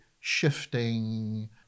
shifting